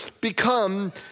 become